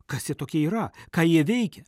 kas jie tokie yra ką jie veikia